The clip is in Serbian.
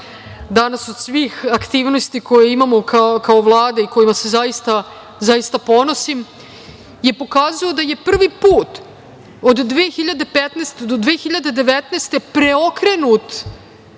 danas od svih aktivnosti koje imamo kao Vlada i kojima se zaista ponosim, pokazao je da je prvi put od 2015. godine do 2019. godine preokrenut